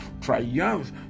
triumph